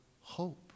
hope